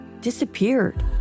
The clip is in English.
disappeared